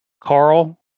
carl